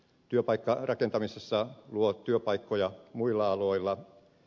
työpaikka rakentamisessa luo työpaikkoja muilla aloilla